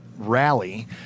Rally